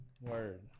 Word